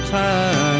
time